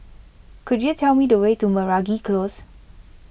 could you tell me the way to Meragi Close